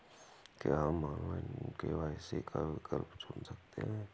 क्या हम online KYC का विकल्प चुन सकते हैं?